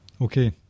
Okay